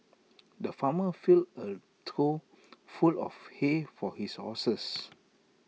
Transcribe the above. the farmer filled A trough full of hay for his horses